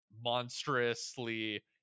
monstrously